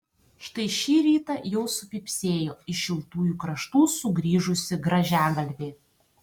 štai šį rytą jau supypsėjo iš šiltųjų kraštų sugrįžusi grąžiagalvė